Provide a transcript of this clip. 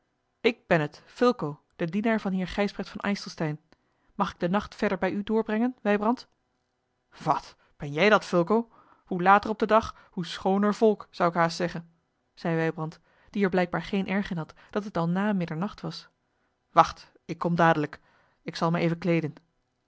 ik ben het fulco de dienaar van heer gijsbrecht van ijselstein mag ik den nacht verder bij u doorbrengen wijbrand wat ben jij dat fulco hoe later op den dag hoe schooner volk zou ik haast zeggen zei wijbrand die er blijkbaar geen erg had dat het al na middernacht was wacht ik kom dadelijk ik zal mij even kleeden